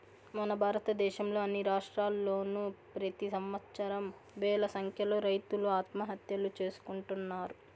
మన భారతదేశంలో అన్ని రాష్ట్రాల్లోనూ ప్రెతి సంవత్సరం వేల సంఖ్యలో రైతులు ఆత్మహత్యలు చేసుకుంటున్నారు